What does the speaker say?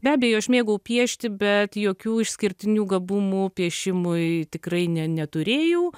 be abejo aš mėgau piešti bet jokių išskirtinių gabumų piešimui tikrai ne neturėjau